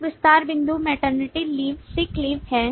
एक विस्तार बिंदु मेटरनिटी लीव सिक लीव है